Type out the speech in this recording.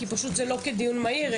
כי פשוט זה לא כדיון מהיר,